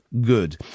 Good